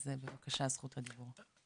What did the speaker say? אז בבקשה זכות הדיבור.